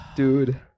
Dude